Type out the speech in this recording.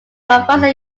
professor